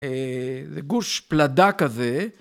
גוש פלדה כזה.